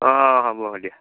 অঁ হ'ব দিয়া